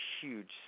huge